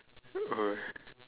!oi!